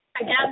again